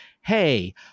Hey